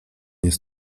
jest